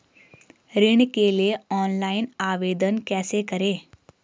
ऋण के लिए ऑनलाइन आवेदन कैसे करें?